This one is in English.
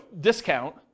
discount